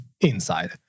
inside